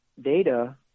data